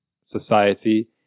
society